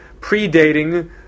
predating